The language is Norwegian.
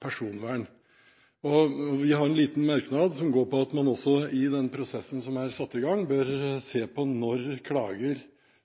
personvern. Vi har en liten merknad som går på at man i den prosessen som er satt i gang, også bør se på når klager